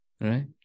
right